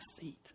seat